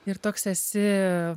ir toks esi